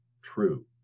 true